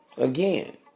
Again